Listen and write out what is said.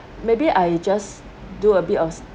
maybe I just do a bit of s~